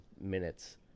Minutes